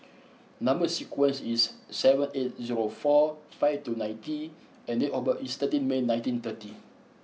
number sequence is seven eight zero four five two nine T and date of birth is thirteen May nineteen thirty